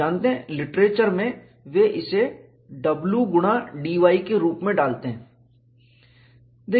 आप जानते हैं लिटरेचर में वे इसे W×dy के रूप में डालते हैं